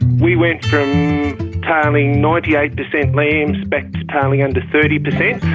we went from tailing ninety eight percent lambs back to tailing under thirty percent.